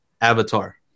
Avatar